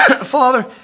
Father